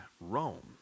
Rome